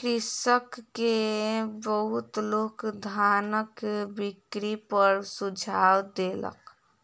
कृषक के बहुत लोक धानक बिक्री पर सुझाव देलक